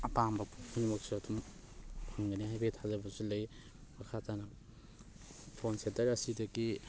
ꯑꯄꯥꯝꯕ ꯄꯨꯝꯅꯃꯛꯁꯨ ꯑꯗꯨꯝ ꯐꯪꯒꯅꯤ ꯍꯥꯏꯕꯒꯤ ꯊꯥꯖꯕꯁꯨ ꯂꯩ ꯃꯈꯥ ꯇꯥꯅ ꯐꯣꯟ ꯁꯦꯟꯇꯔ ꯑꯁꯤꯗꯒꯤ